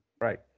Right